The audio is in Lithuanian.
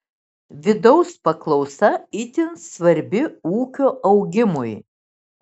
vidaus paklausa itin svarbi ūkio augimui